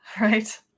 right